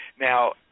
Now